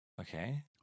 Okay